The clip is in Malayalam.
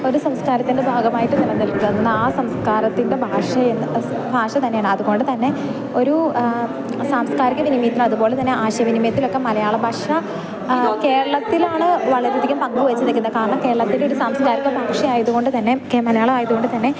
ഒരു സംസ്കാരത്തിൻ്റെ ഭാഗമായിട്ട് നിലനിൽക്കുന്ന ആ സംസ്കാരത്തിൻ്റെ ഭാഷയെന്ന് ഭാഷ തന്നെയാണ് അതുകൊണ്ട് തന്നെ ഒരു സാംസ്കാരിക വിനിമയത്തിനും അതുപോലെ തന്നെ ആശയ വിനിമയത്തിലൊക്കെ മലയാള ഭാഷ കേരളത്തിലാണ് വളരെയധികം പങ്ക് വെച്ചു നിക്കുന്നെ കാരണം കേരളത്തിൻ്റെ ഒരു സാംസ്കാരിക ഭാഷയായതുകൊണ്ട് തന്നെ കേ മലയാളം ആയതുകൊണ്ട് തന്നെ